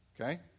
okay